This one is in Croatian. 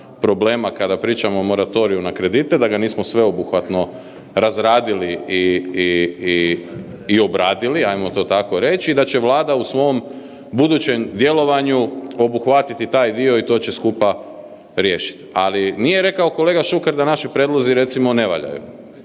problema kada pričamo o moratoriju na kredite, da ga nismo sveobuhvatno razradili i obradili, hajmo to rako reći i da će Vlada u svom budućem djelovanju obuhvatiti taj dio i to će skupa riješiti. Ali, nije rekao kolega Šuker da naši prijedlozi recimo, ne valjaju.